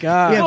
God